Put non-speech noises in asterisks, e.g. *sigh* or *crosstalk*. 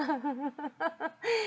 *laughs*